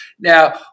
Now